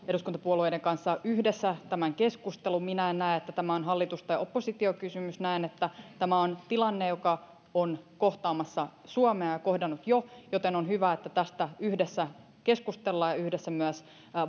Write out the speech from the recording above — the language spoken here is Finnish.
eduskuntapuolueiden kanssa yhdessä tämän keskustelun minä en näe että tämä on hallitus tai oppositiokysymys näen että tämä on tilanne joka on kohtaamassa suomea ja kohdannut jo joten on hyvä että tästä yhdessä keskustelemme ja yhdessä myös